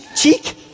cheek